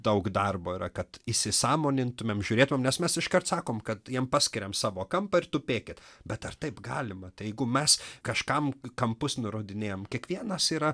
daug darbo yra kad įsisąmonintumėm žiūrėtumėm nes mes iškart sakom kad jam paskiriam savo kampą ir tupėkit bet ar taip galima jeigu mes kažkam kampus nurodinėjam kiekvienas yra